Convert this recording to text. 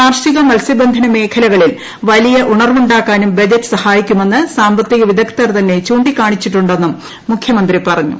കാർഷിക മത്സ്യബന്ധന മേഖലകളിൽ വലിയ ഉണർവുണ്ടാക്കാനും ബജറ്റ് സഹായിക്കുമെന്ന് സാമ്പത്തിക വിദഗ്ധർ തന്നെ ചൂണ്ടിക്കാണിച്ചിട്ടുണ്ടെന്നും മുഖ്യമന്ത്രി പറഞ്ഞു